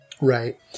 Right